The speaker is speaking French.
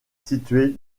situé